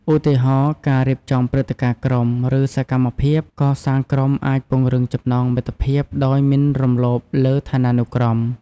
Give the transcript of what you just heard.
ឧទាហរណ៍ ការរៀបចំព្រឹត្តិការណ៍ក្រុម ឬសកម្មភាពកសាងក្រុមអាចពង្រឹងចំណងមិត្តភាពដោយមិនរំលោភលើឋានានុក្រម។